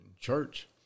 church